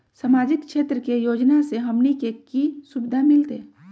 सामाजिक क्षेत्र के योजना से हमनी के की सुविधा मिलतै?